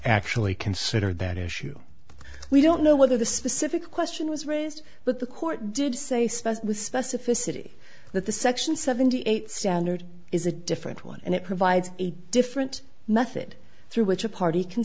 actually considered that issue we don't know whether the specific question was raised but the court did say specially with specificity that the section seventy eight standard is a different one and it provides a different method through which a party can